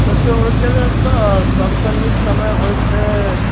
देखियौ ओहिकऽ लेल तऽ सभसँ नीक समय होइत छै